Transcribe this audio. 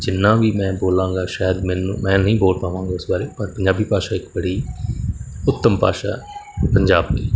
ਜਿੰਨਾ ਵੀ ਮੈਂ ਬੋਲਾਂਗਾ ਸ਼ਾਇਦ ਮੈਨੂੰ ਮੈਂ ਨਹੀਂ ਬੋਲ ਪਾਵਾਂਗਾ ਇਸ ਬਾਰੇ ਪਰ ਪੰਜਾਬੀ ਭਾਸ਼ਾ ਇੱਕ ਬੜੀ ਉੱਤਮ ਭਾਸ਼ਾ ਪੰਜਾਬ ਦੀ